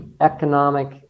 economic